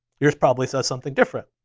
yours probably says something different.